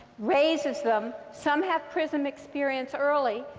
raises them some have prism experience early.